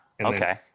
okay